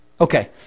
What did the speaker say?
Okay